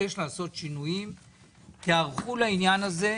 החלוקה בעניין הזה.